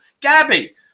Gabby